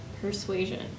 persuasion